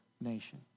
nation